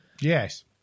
yes